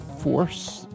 force